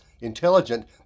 intelligent